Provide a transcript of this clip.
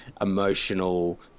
emotional